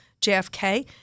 JFK